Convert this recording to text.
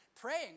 praying